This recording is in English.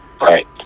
Right